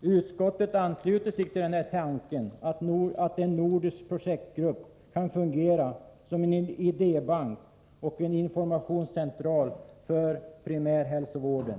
Utskottet ansluter sig till tanken att en nordisk projektgrupp kan fungera som en idébank och informationskälla för primärhälsovården.